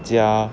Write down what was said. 加